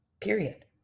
period